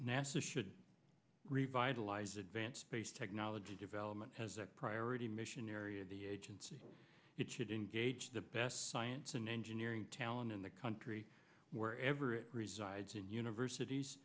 nasa should revitalize advance space technology development has a priority mission area the agency it should engage the best science and engineering talent in the country wherever it resides in universities